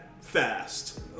fast